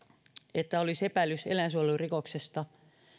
että olisi epäilys eläinsuojelurikoksesta